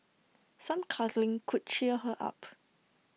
some cuddling could cheer her up